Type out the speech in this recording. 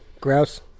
Grouse